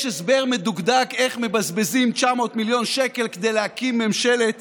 יש הסבר מדוקדק איך מבזבזים 900 מיליון שקל כדי להקים ממשלת